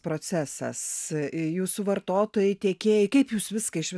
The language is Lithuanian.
procesas jūsų vartotojai tiekėjai kaip jūs viską iš vis